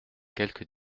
quelque